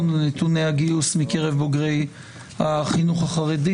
על נתוני הגיוס מקרב בוגרי החינוך החרדי.